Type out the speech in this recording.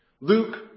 Luke